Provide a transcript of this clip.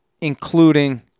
including